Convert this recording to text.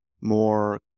more